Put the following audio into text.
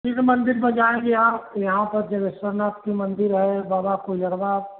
किस मंदिर में जाएँगी आप यहाँ पर जाोगेश्वर नाथ की मंदिर हैं बाबा कुजर्वा